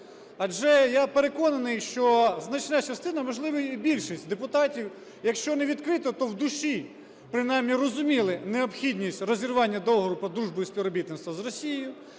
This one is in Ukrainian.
Адже я переконаний, що значна частина (можливо, і більшість) депутатів, якщо не відкрито, то в душі принаймні розуміли необхідність розірвання Договору про дружбу і співробітництво з Росією